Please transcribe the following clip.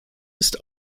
ist